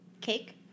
cake